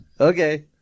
Okay